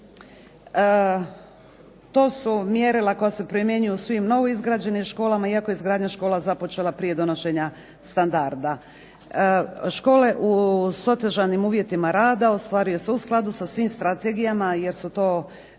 To su mjerila koja se primjenjuju u svim novoizgrađenim školama iako je izgradnja škola započela prije donošenja standarda. Škole s otežanim uvjetima rada ostvaruju se u skladu sa svim strategijama jer je to